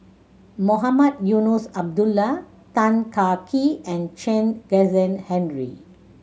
Mohamed Eunos Abdullah Tan Kah Kee and Chen Kezhan Henri